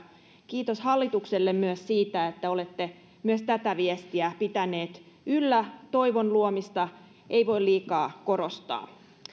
kiitos hallitukselle myös siitä että olette myös tätä viestiä pitäneet yllä toivon luomista ei voi liikaa korostaa